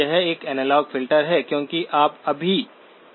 यह एक analog filter है क्योंकि आप अभी तक ए डी AD पर नहीं गए हैं